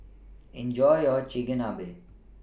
Enjoy your Chigenabe